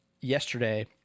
yesterday